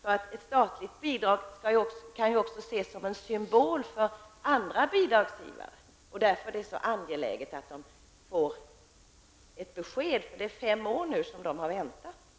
Ett statligt bidrag kan av andra bidragsgivare ses som en symbol. Det är därför angeläget att man nu får ett besked. Dessa människor har nu väntat i fem år.